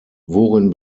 worin